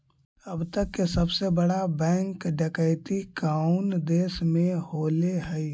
अब तक के सबसे बड़ा बैंक डकैती कउन देश में होले हइ?